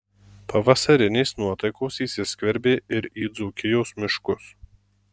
pavasarinės nuotaikos įsiskverbė ir į dzūkijos miškus